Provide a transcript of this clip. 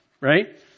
right